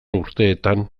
urteetan